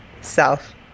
self